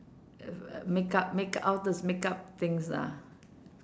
makeup make~ all those makeup things ah